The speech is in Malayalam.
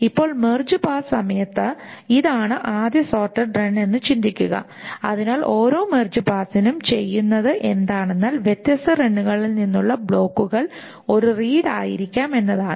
ഇപ്പോൾ മെർജ് പാസ് സമയത്ത് ഇതാണ് ആദ്യ സോർട്ടഡ് റൺ എന്ന് ചിന്തിക്കുക അതിനാൽ ഓരോ മെർജ് പസ്സിനും ചെയ്യുന്നത് എന്താണെന്നാൽ വ്യത്യസ്ത റണ്ണുകളിൽ നിന്നുള്ള ബ്ലോക്കുകൾ ഒരു റീഡ് ആയിരിക്കാം എന്നതാണ്